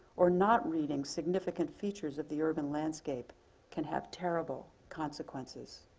or not reading, significant features of the urban landscape can have terrible consequences.